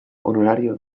honorario